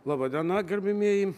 laba diena gerbiamieji